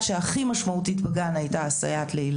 שעבור ילדיי המשמעותית ביותר בגן הייתה הסייעת.